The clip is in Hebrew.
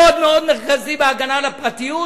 מאוד מאוד מרכזי בהגנה על הפרטיות,